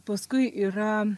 paskui yra